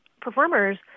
performers